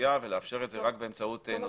הגבייה ולאפשר את זה רק באמצעות --- תומר,